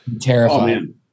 terrifying